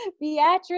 Beatrice